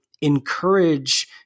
encourage